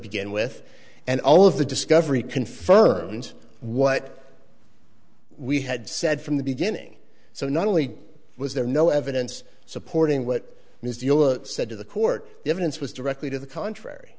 begin with and all of the discovery confirmed what we had said from the beginning so not only was there no evidence supporting what ms eula said to the court the evidence was directly to the contrary